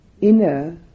inner